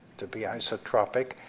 to be isotropic,